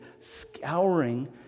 scouring